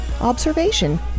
observation